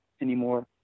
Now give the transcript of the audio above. anymore